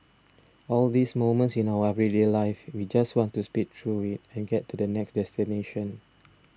all these moments in our everyday life we just want to speed through it and get to the next destination